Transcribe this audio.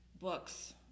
books